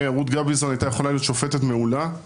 שרות גביזון היתה יכולה להיות שופטת מעולה,